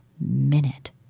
minute